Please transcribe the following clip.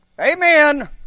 Amen